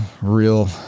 real